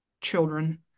children